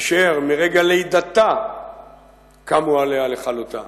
אשר מרגע לידתה קמו עליה לכלותה,